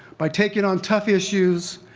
by taking on tough issues,